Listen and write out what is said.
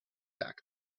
back